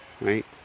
right